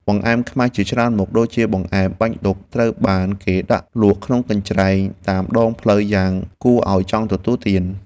បង្អែមខ្មែរជាច្រើនមុខដូចជាបង្អែមបាញ់ឌុកត្រូវបានគេដាក់លក់ក្នុងកញ្ច្រែងតាមដងផ្លូវយ៉ាងគួរឱ្យចង់ទទួលទាន។